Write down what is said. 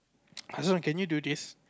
Hasan can you do this